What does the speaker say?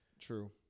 True